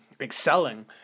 excelling